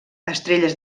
estrelles